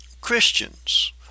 Christians